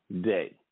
day